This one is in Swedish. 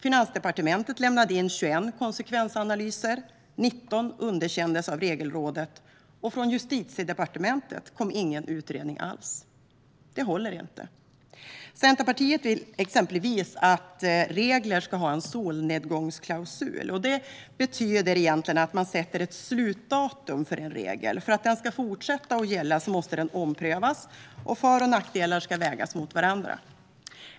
Finansdepartementet lämnade in 21 konsekvensanalyser. 19 underkändes av Regelrådet, och från Justitiedepartementet kom ingen utredning alls. Det håller inte. Centerpartiet vill exempelvis att regler ska ha en så kallad solnedgångsklausul. Det betyder att man sätter ett slutdatum för en regel. För att den ska fortsätta att gälla måste den omprövas och för och nackdelar vägas mot varandra.